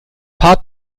paar